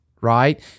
right